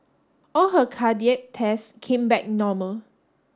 all her cardiac tests came back normal